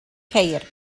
ceir